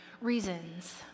reasons